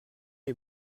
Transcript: est